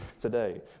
today